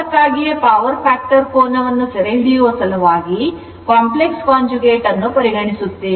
ಅದಕ್ಕಾಗಿಯೇ power factor ಕೋನವನ್ನು ಸೆರೆಹಿಡಿಯುವ ಸಲುವಾಗಿ complex conjugate ಅನ್ನು ಪರಿಗಣಿಸುತ್ತೇವೆ